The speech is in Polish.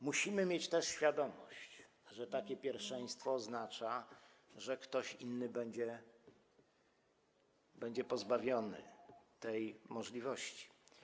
Musimy mieć też świadomość, że takie pierwszeństwo oznacza, że ktoś inny będzie pozbawiony tej możliwości.